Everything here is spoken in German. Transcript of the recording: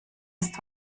ist